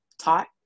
taught